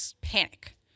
panic